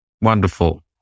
Wonderful